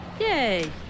Yay